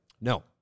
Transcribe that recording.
No